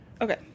okay